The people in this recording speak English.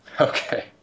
Okay